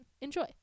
Enjoy